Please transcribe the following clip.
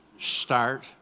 start